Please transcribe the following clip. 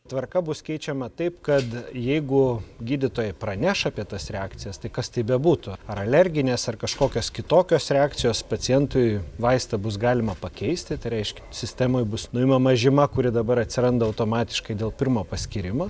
tvarka bus keičiama taip kad jeigu gydytojai praneš apie tas reakcijas tai kas tai bebūtų ar alerginės ar kažkokios kitokios reakcijos pacientui vaistą bus galima pakeisti tai reiškia sistemoj bus nuimama žyma kuri dabar atsiranda automatiškai dėl pirmo paskyrimo